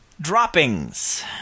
droppings